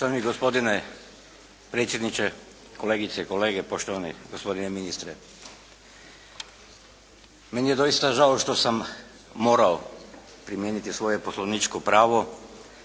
Poštovani gospodine predsjedniče, kolegice i kolege, poštovani gospodine ministre. Meni je doista žao što sam morao primijeniti svoje poslovničko pravo